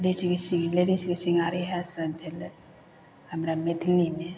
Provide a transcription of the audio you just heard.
ladies के ladies के श्रृंगार इएह सब भेलय हमरा मैथिली मे